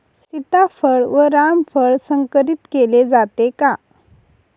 सीताफळ व रामफळ संकरित केले जाते का?